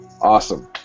Awesome